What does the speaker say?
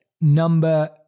number